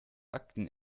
akten